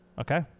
Okay